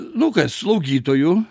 nu kas slaugytojų